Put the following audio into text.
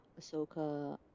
Ahsoka